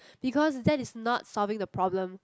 because that is not solving the problem